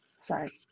Sorry